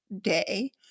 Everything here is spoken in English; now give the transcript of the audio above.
day